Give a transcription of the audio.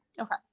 Okay